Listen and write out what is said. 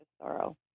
sorrow